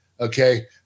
Okay